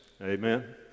Amen